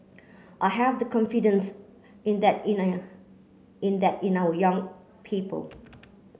I have the confidence in that in in that in our young people